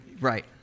right